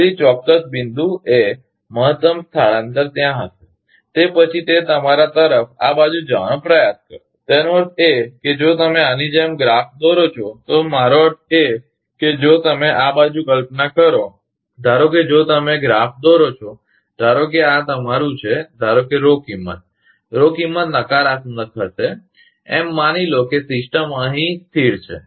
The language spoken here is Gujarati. તેથી ચોક્કસ બિંદુએ મહત્તમ સ્થળાંતર ત્યાં હશે તે પછી તે તમારા તરફ આ બાજુ જવાનો પ્રયાસ કરશે તેનો અર્થ એ કે જો તમે આની જેમ દોરોગ્રાફ દોરો છો તો મારો અર્થ એ છે કે જો તમે આ બાજુ કલ્પનાદોરો કરો ધારો કે જો તમે દોરોગ્રાફ દોરો છો ધારો કે આ તમારું છે ધારો કે કિંમત કિંમત નકારાત્મક હશે એમ માની લો કે સિસ્ટમ અહીં સ્થિર છે